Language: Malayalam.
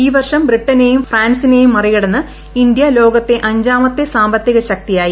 ഈ വർഷം ബ്രിട്ടനെയും ഫ്രാൻസിനെയും മറികടന്ന് ഇന്തൃ ലോകത്തെ അഞ്ചാമത്തെ സാമ്പത്തിക ശക്തിയായി